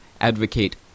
advocate